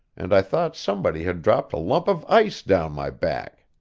and i thought somebody had dropped a lump of ice down my back.